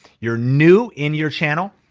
you're new in your channel,